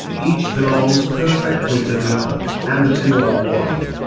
each belongs perfectly to the other, and the two are one.